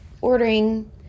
ordering